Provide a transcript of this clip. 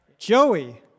Joey